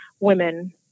women